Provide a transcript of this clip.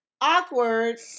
Awkward